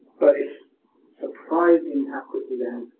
but it's surprising how quickly, then,